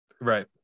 right